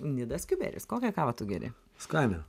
nidos kiuberis kokią kavą tu geri skanią